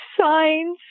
signs